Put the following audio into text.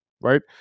right